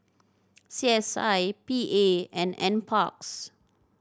C S I P A and Nparks